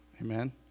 Amen